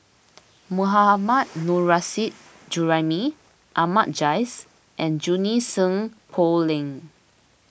Mohammad Nurrasyid Juraimi Ahmad Jais and Junie Sng Poh Leng